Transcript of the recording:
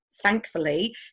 thankfully